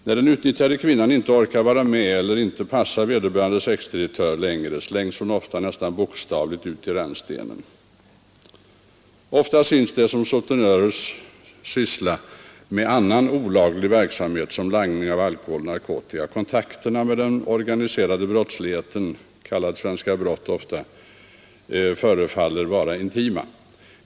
När den utnyttjade kvinnan inte orkar vara med eller inte passar vederbörande ”sexdirektör” längre slängs hon ofta nästan bokstavligt ut i rännstenen. I stor utsträckning synes dessa sutenörer också syssla med annan olaglig verksamhet som langning av alkohol och narkotika. Kontakterna med den organiserade brottsligheten — ofta kallad AB Svenska brott — förefaller vara intima.